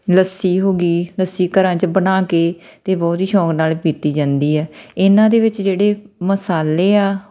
ਲੱਸੀ ਹੋ ਗਈ ਲੱਸੀ ਘਰਾਂ 'ਚ ਬਣਾ ਕੇ ਅਤੇ ਬਹੁਤ ਹੀ ਸ਼ੌਂਕ ਨਾਲ ਪੀਤੀ ਜਾਂਦੀ ਹੈ ਇਹਨਾਂ ਦੇ ਵਿੱਚ ਜਿਹੜੇ ਮਸਾਲੇ ਆ